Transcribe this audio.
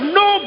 no